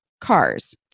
cars